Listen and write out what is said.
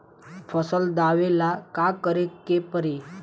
फसल दावेला का करे के परी?